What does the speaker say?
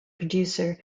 producer